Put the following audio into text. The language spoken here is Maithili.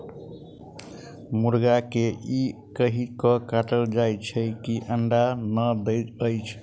मुर्गा के ई कहि क काटल जाइत छै जे ई अंडा नै दैत छै